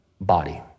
body